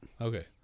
okay